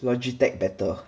Logitech better